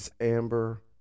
Amber